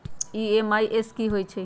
IMPS की होईछइ?